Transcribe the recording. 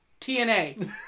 TNA